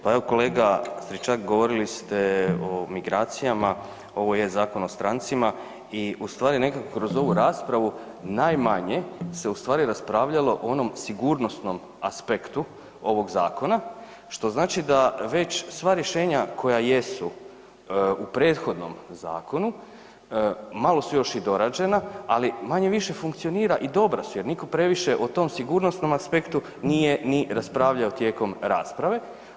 Pa evo kolega Stričak govorili ste o migracijama, ovo je Zakon o strancima i ustvari nekako kroz ovu raspravu najmanje se raspravljalo o onom sigurnosnom aspektu ovog zakona što znači da već sva rješenja koja jesu u prethodnom zakonu malo su još i dorađena, ali manje-više funkcionira i dobra su jer niko previše o tom sigurnosnom aspektu nije ni raspravljao tijekom rasprave.